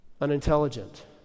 unintelligent